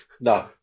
no